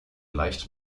leicht